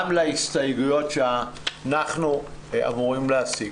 גם להסתייגויות שאנחנו אמורים להביא.